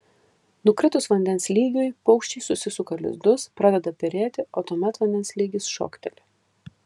nukritus vandens lygiui paukščiai susisuka lizdus pradeda perėti o tuomet vandens lygis šokteli